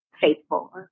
faithful